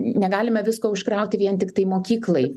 negalime visko užkrauti vien tiktai mokyklai